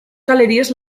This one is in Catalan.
galeries